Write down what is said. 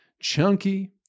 chunky